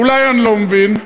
אולי אני לא מבין,